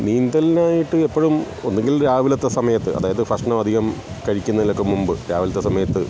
നീന്തലിനായിട്ട് എപ്പഴും ഒന്നെങ്കിൽ രാവിലത്തെ സമയത്ത് അതായത് ഭക്ഷണം അധികം കഴിക്കുന്നതിനൊക്കെ മുമ്പ് രാവിലത്തെ സമയത്ത്